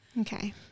okay